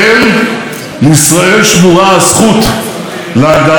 לישראל שמורה הזכות להגדרה עצמית כמדינה